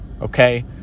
okay